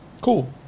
Cool